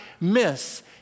miss